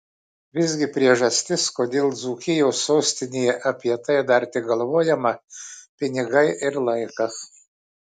visgi priežastis kodėl dzūkijos sostinėje apie tai dar tik galvojama pinigai ir laikas